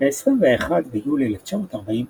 ב-21 ביולי 1942,